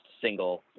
single